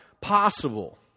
possible